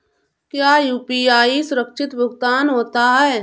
क्या यू.पी.आई सुरक्षित भुगतान होता है?